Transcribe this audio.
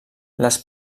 les